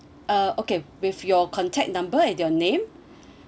uh okay with your contact number and your name